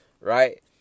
right